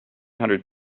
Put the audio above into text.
hundred